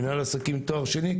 מינהל עסקים תואר שני,